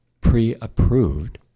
pre-approved